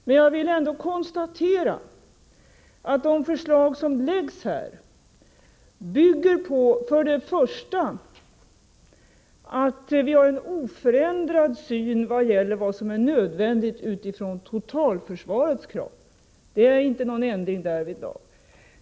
Men jag vill ändå konstatera att detta förslag för det första bygger på att vi har en oförändrad syn på vad som är nödvändigt utifrån totalförsvarets krav. Det har inte skett någon ändring därvidlag.